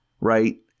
right